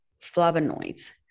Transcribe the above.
flavonoids